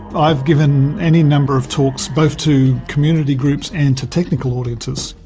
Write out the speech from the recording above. i've given any number of talks, both to community groups and to technical audiences,